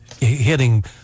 hitting